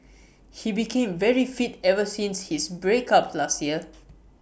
he became very fit ever since his break up last year